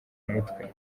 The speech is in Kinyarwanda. mutwe